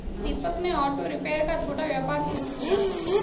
दीपक ने auto repair का छोटा व्यापार शुरू किया